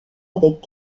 avec